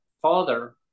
father